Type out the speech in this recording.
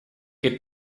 que